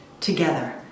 together